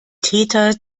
täter